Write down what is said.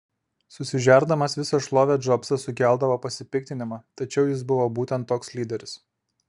susižerdamas visą šlovę džobsas sukeldavo pasipiktinimą tačiau jis buvo būtent toks lyderis